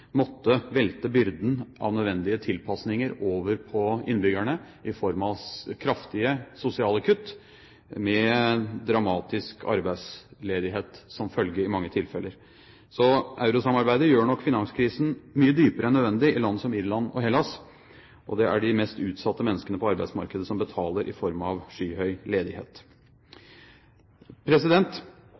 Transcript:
måtte velte byrden av nødvendige tilpasninger over på innbyggerne i form av kraftige sosiale kutt, med dramatisk arbeidsledighet som følge i mange tilfeller. Så eurosamarbeidet gjør nok finanskrisen mye dypere enn nødvendig i land som Irland og Hellas. Det er de mest utsatte menneskene på arbeidsmarkedet som betaler i form av skyhøy ledighet.